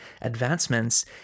advancements